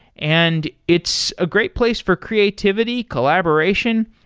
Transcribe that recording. and it's a great place for creativity, collaboration.